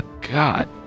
God